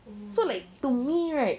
oh my god